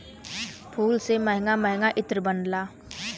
फूल से महंगा महंगा इत्र बनला